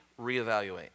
reevaluate